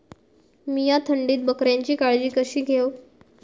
मीया थंडीत बकऱ्यांची काळजी कशी घेव?